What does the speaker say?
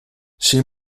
she